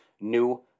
New